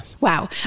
Wow